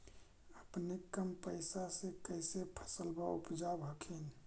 अपने कम पैसा से कैसे फसलबा उपजाब हखिन?